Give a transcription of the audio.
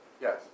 Yes